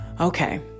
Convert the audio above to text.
Okay